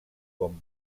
com